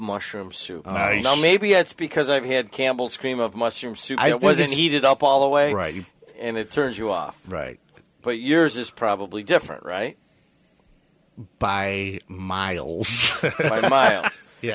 mushroom soup you know maybe it's because i've had campbell scream of mushroom soup it wasn't heated up all the way right and it turns you off right but yours is probably different right by miles yeah